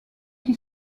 qui